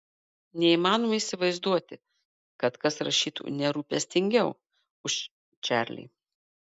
neįmanoma įsivaizduoti kad kas rašytų nerūpestingiau už čarlį